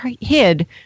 hid